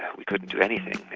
we couldn't do anything.